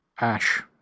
Ash